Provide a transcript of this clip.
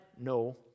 no